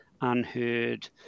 unheard